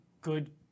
good